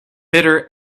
bitter